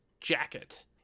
Jacket